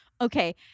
Okay